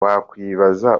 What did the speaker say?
wakwibaza